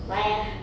why ah